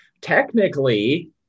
technically